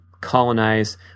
colonize